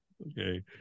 Okay